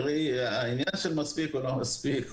העניין של מספיק או לא מספיק,